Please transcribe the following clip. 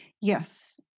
Yes